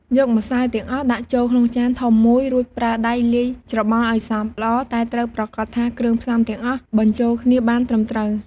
យកម្សៅទាំងអស់ដាក់ចូលក្នុងចានធំមួយ រួចប្រើដៃលាយច្របល់ឱ្យសព្វល្អតែត្រូវប្រាកដថាគ្រឿងផ្សំទាំងអស់បញ្ចូលគ្នាបានត្រឹមត្រួវ។